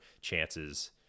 chances